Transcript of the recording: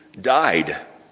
died